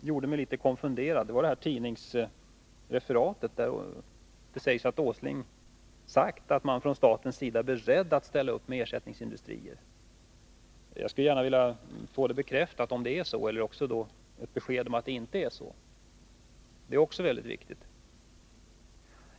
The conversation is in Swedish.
gjorde mig litet konfunderad, nämligen det tidningsreferat där det anförs att Nils Åsling sagt att staten är beredd att ställa upp med ersättningsindustrier. Jag vill gärna få det bekräftat eller dementerat. Det är viktigt.